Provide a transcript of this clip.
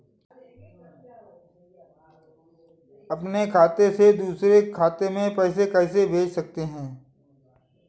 अपने खाते से दूसरे खाते में पैसे कैसे भेज सकते हैं?